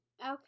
okay